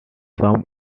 some